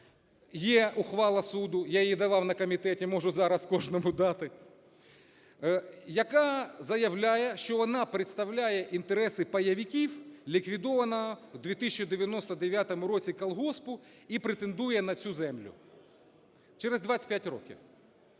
(є ухвала суду, я її давав на комітеті, можу зараз кожному дати), яка заявляє, що вона представляє інтереси пайовиків ліквідованого в 1999 році колгоспу і претендує на цю землю, через 25 років.